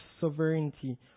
sovereignty